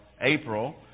April